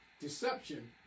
deception